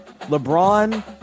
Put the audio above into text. LeBron